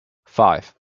five